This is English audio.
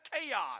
chaos